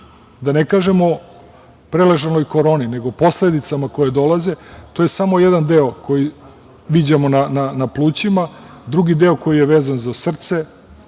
ne kažemo o preležanoj koroni, nego o posledicama koje dolaze, to je samo jedan deo koji viđamo na plućima. Drugi deo koji je vezan za srce,